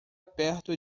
perto